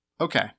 Okay